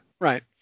right